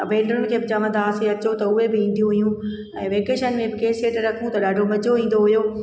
ऐं भेनरुनि खे बि चवंदा हुआसीं अचो त उहे बि ईंदियूं हुयूं ऐं वेकेशन में बि कैसट रखूं त ॾाढो मज़ो ईंदो हुओ